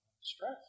stress